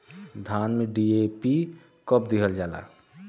धान में डी.ए.पी कब दिहल जाला?